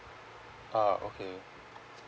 ah okay